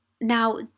Now